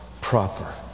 proper